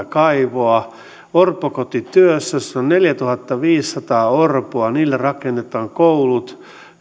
kaivoa orpokotityössä jossa on neljätuhattaviisisataa orpoa niille rakennetaan koulut